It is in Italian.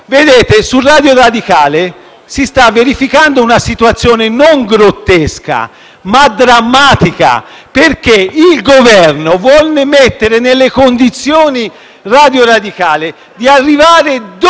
colleghi, su Radio Radicale si sta verificando una situazione non grottesca, ma drammatica, perché il Governo vuole metterla nelle condizioni di arrivare